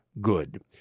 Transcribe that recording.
Good